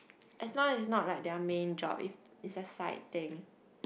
as long as not like their main job it's it's a side thing